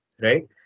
right